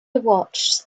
watched